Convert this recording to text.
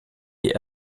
die